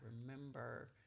remember